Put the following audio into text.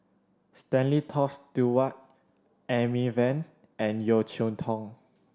Stanley Toft Stewart Amy Van and Yeo Cheow Tong